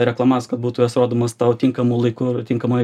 reklamas kad būtų jos rodomos tau tinkamu laiku ir tinkamoj